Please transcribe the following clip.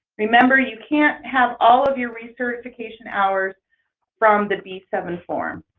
remember you can't have all of your recertification hours from the b seven form.